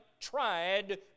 tried